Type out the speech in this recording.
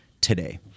today